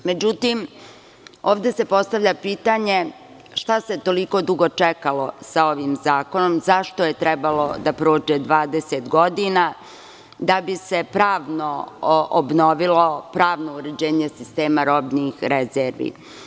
Međutim, ovde se postavlja pitanje šta se toliko dugo čekalo sa ovim zakonom, zašto je trebalo da prođe 20 godina da bi se pravno obnovilo pravno uređenje sistema robnih rezervi?